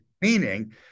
meaning